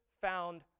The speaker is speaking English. found